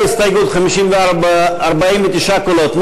ההסתייגות (54) של קבוצת סיעת הרשימה המשותפת,